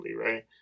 right